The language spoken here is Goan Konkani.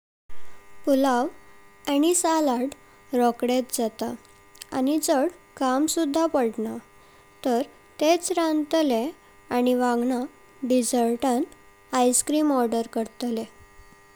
पुलाव आनी सालाड रोंकदेच जाता आनी चवड काम सुद्धा पडना। तर तेच राताले आनी वंगडा डेजर्टान आइस क्रीम ऑर्डर करतले।